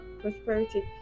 prosperity